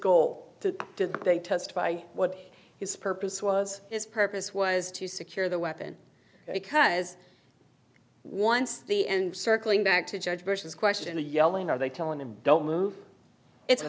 goal to did they testify what his purpose was his purpose was to secure the weapon because once the end circling back to judge versus question the yelling are they telling him don't move it's